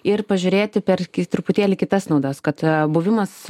ir pažiūrėti per truputėlį kitas naudas kad buvimas